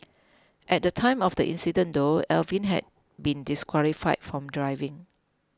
at the time of the incident though Alvin had been disqualified from driving